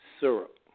syrup